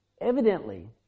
evidently